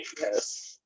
Yes